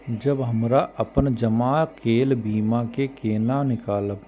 जब हमरा अपन जमा केल बीमा के केना निकालब?